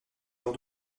lors